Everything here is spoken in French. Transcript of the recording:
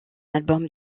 album